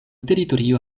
teritorio